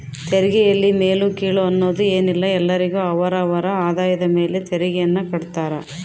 ತೆರಿಗೆಯಲ್ಲಿ ಮೇಲು ಕೀಳು ಅನ್ನೋದ್ ಏನಿಲ್ಲ ಎಲ್ಲರಿಗು ಅವರ ಅವರ ಆದಾಯದ ಮೇಲೆ ತೆರಿಗೆಯನ್ನ ಕಡ್ತಾರ